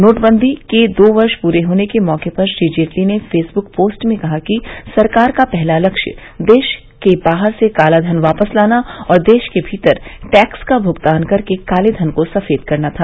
नोटबंदी के दो वर्ष पूरे होने के मौके पर श्री जेटली ने फेसबुक पोस्ट में कहा कि सरकार को पहला लक्ष्य देश के बाहर से कालाधन वापस लाना और देश के भीतर टैक्स का भुगतान करके कालेधन को सफेद करना था